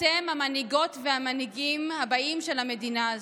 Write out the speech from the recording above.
אתם המנהיגות והמנהיגים הבאים של המדינה הזו.